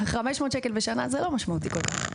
500 שקל בשנה זה לא משמעותי כל כך.